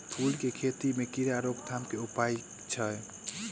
फूल केँ खेती मे कीड़ा रोकथाम केँ की उपाय छै?